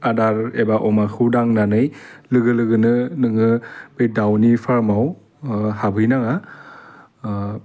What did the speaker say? आदार एबा अमाखौ दांनानै लोगो लोगोनो नोङो बै दाउनि फार्माव हाबहैनाङा